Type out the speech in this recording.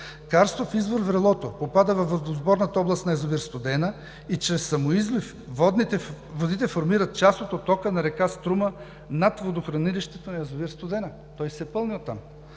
Карстов извор „Врелото“ попада във водосборната област на язовир „Студена“ и чрез самоизлив водите формират част от оттока на река „Струма“ над водохранилището на язовир „Студена“ – той се пълни оттам.